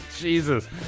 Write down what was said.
Jesus